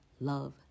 Love